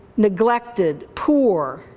neglected, poor.